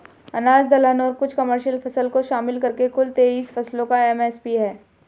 अनाज दलहन और कुछ कमर्शियल फसल को शामिल करके कुल तेईस फसलों का एम.एस.पी है